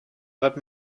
let